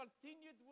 continued